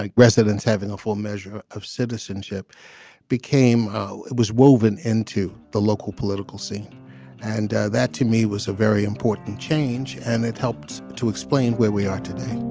like residents having a full measure of citizenship became how it was woven into the local political scene and that to me was a very important change and it helped to explain where we are today